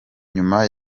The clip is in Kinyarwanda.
nyuma